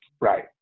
Right